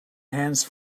hands